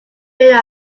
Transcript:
bit